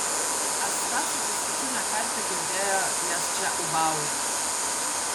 asta su kęstučiu ne kartą girdėjo jas čia ūbaujant